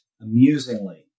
Amusingly